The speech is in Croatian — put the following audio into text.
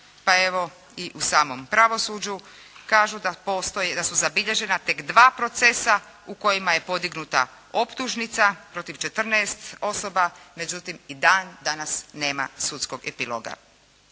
pa evo i u samom pravosuđu. Kaže da postoje, da su zabilježena tek 2 procesa u kojima je podignuta optužnica protiv 14 osoba, međutim i dan danas nema sudskog epiloga.